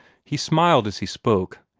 he smiled as he spoke,